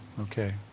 Okay